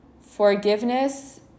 forgiveness